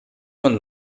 man